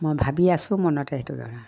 মই ভাবি আছোঁ মনতে সেইটো